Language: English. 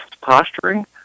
posturing